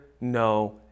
no